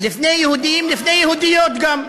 לפני יהודים, לפני יהודיות גם.